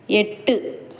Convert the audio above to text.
எட்டு